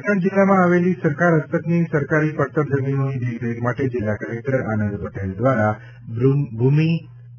પાટણ જિલ્લામાં આવેલી સરકાર હસ્તકની સરકારી પડતર જમીનોની દેખરેખ માટે જિલ્લા કલેકટર આનંદ પટેલ દ્વારા ભૂમિ